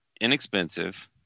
inexpensive